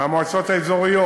מהמועצות האזוריות,